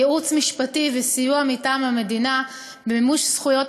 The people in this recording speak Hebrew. ייעוץ משפטי וסיוע מטעם המדינה במימוש זכויות